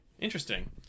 Interesting